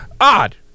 odd